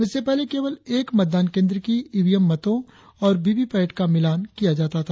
इससे पहले केवल एक मतदान केंद्र की ईवीएम मतों और वीवीपैट का मिलान किया जाता था